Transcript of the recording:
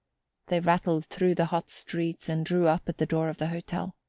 they rattled through the hot streets and drew up at the door of the hotel.